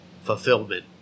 Fulfillment